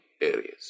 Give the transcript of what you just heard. areas